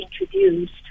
introduced